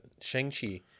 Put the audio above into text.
Shang-Chi